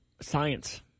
Science